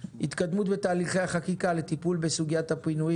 התקדמות בתהליכי החקיקה לטיפול בסוגיית הפינויים